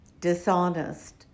dishonest